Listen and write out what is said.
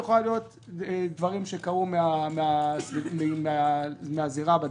יכולה להיות דברים שקרו מן הזירה בדרום,